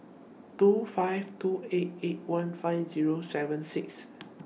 two five two eight eight one five Zero seven six